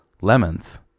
lemons